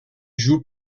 joue